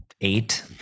Eight